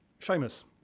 Seamus